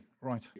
right